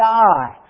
die